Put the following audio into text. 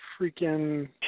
freaking